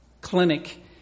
Clinic